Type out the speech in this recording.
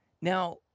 Now